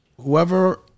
whoever